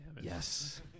Yes